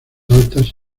altas